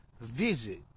visit